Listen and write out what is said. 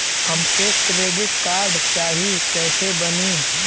हमके credit card चाही कैसे बनी?